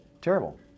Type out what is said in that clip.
terrible